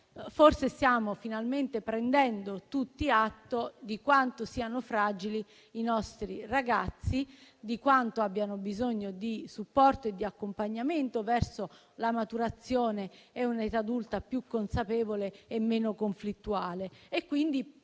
forse stiamo finalmente prendendo tutti atto di quanto siano fragili i nostri ragazzi, di quanto abbiano bisogno di supporto e di accompagnamento verso la maturazione e verso un'età adulta più consapevole e meno conflittuale.